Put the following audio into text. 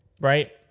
right